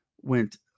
went